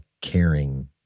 caring